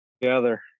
together